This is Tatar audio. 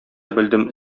белдем